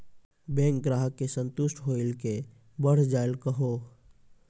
Bank ग्राहक के संतुष्ट होयिल के बढ़ जायल कहो?